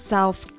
South